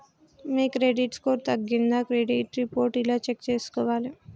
మీ credit score తగ్గిందా credit report ఎలా check చేసుకోవాలి?